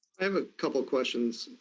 i have a couple questions,